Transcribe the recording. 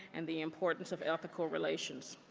and the importance of ethical relations.